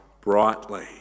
brightly